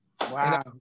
Wow